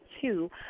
two